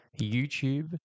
YouTube